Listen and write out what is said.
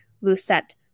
Lucette